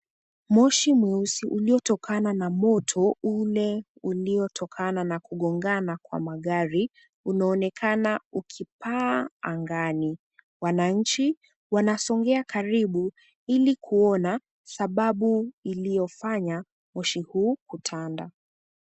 Moshi mweusi uliotokana na moto ule uliotokana na kugongana kwa magari, unaonekana ukipaa angani. Wananchi wanasongea karibu ili kuona sababu iliyofanya moshi huu kutanda.